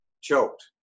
choked